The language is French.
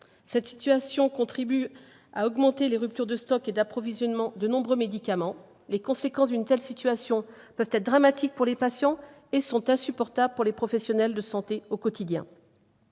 Ce phénomène contribue à augmenter les ruptures de stock et d'approvisionnement de nombreux médicaments. Les conséquences d'une telle situation peuvent être dramatiques pour les patients et sont insupportables pour les professionnels de santé au quotidien.